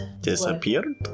Disappeared